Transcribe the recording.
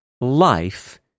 life